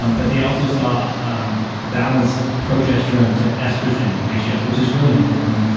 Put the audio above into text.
um but they also saw um balanced progesterone to estrogen ratios, which is really important,